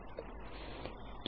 Q2 यह होगा